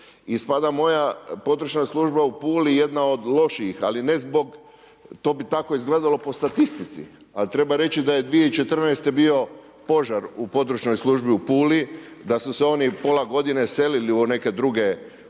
Ispada moja područna služba u Puli jedna od lošijih, ali ne zbog to bi tako izgledalo po statistici. Ali treba reći da je 2014. bio požar u područnoj službi u Puli, da su se oni pola godine selili u neke druge prostore.